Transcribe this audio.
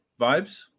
vibes